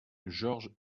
georges